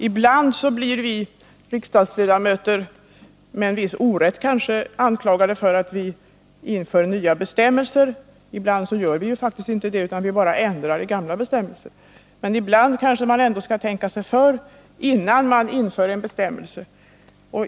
Ibland blir vi riksdagsledamöter — med viss orätt kanske — anklagade för att vi inför nya bestämmelser. Ibland gör vi faktiskt inte det, utan vi bara ändrar i gamla bestämmelser. Men ibland kanske man ändå skall tänka sig för, innan man inför en bestämmelse.